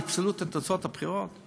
יפסלו את תוצאות הבחירות?